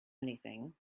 anything